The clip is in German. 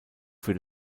für